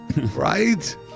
Right